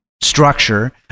structure